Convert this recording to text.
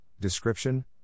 description